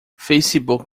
facebook